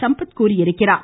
சம்பத் தெரிவித்திருக்கிறார்